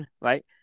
right